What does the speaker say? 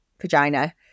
vagina